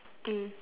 mm